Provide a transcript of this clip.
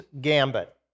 Gambit